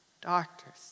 doctors